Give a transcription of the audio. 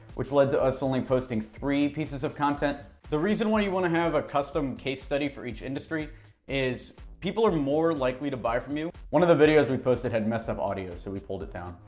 which led to us only posting three pieces of content. the reason why you want to have a custom case study for each industry is people are more likely to buy from you. one of the videos we posted had messed-up audio so we pulled it down,